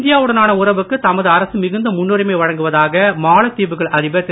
India வுடனான உறவுக்கு தமது அரசு மிகுந்த முன்னுரிமை வழங்குவதாக மாலத்தீவுகள் அதிபர் திரு